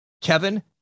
Kevin